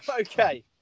Okay